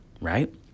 right